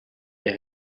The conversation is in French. est